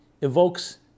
evokes